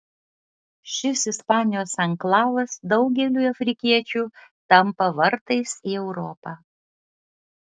šis ispanijos anklavas daugeliui afrikiečių tampa vartais į europą